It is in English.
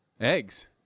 Eggs